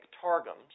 targums